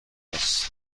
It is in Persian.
است